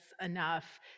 enough